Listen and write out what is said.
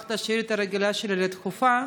שהפכת שאילתה רגילה שלי לדחופה.